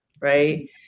right